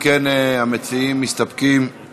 אם כן, המציעים מסתפקים.